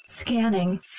Scanning